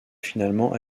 finalement